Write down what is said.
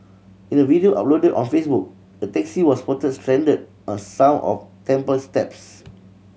in a video uploaded on Facebook a taxi was spotted stranded on some of temple steps